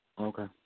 Okay